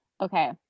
Okay